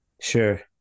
Sure